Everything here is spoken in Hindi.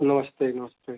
नमस्ते नमस्ते